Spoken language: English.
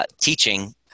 teaching